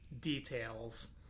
details